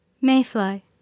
Mayfly